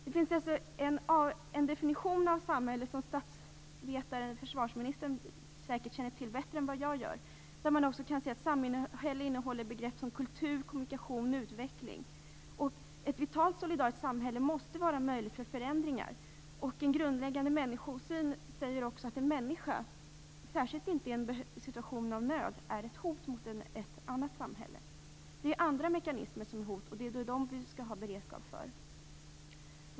Det finns alltså en definition av samhället, som statsvetare eller försvarsministern säkert känner till bättre än vad jag gör, där man också kan se att samhället innehåller begrepp som kultur, kommunikation och utveckling. Ett vitalt och solidariskt samhälle måste vara möjligt att förändra. Och en grundläggande människosyn säger inte att en människa, särskilt inte i en situation av nöd, är ett hot mot ett annat samhälle. Det är andra mekanismer som utgör hot, och det är dem som vi skall ha beredskap för.